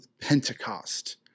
Pentecost